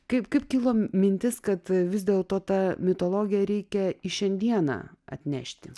kaip kaip kilo mintis kad vis dėlto tą mitologiją reikia į šiandieną atnešti